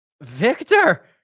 Victor